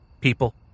people